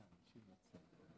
בבקשה.